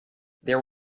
there